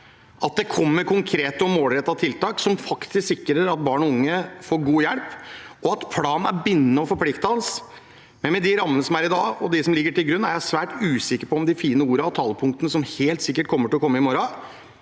at det kommer konkrete og målrettede tiltak som faktisk sikrer at barn og unge får god hjelp, og at planen er bindende og forpliktende, men med de rammene som ligger til grunn i dag, er jeg svært usikker på om de fine ordene og talepunktene, som helt sikkert kommer til å komme i morgen,